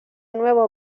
nuevo